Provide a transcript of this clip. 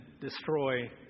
destroy